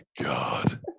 god